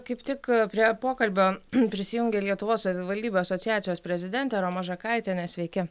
kaip tik prie pokalbio prisijungė lietuvos savivaldybių asociacijos prezidentė roma žakaitienė sveiki